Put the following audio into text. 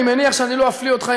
אני מניח שאני לא אפליא אותך,